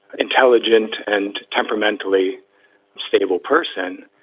intelligent and temperamentally stable person.